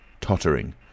tottering